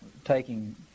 taking